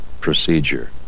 procedure